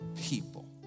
people